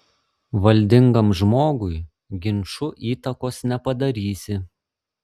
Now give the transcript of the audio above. valdingam žmogui ginču įtakos nepadarysi